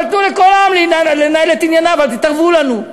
אבל תנו לכל העם לנהל את ענייניו, אל תתערבו לנו.